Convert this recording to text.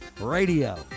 radio